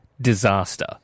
disaster